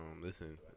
listen